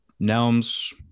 Nelms